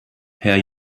herr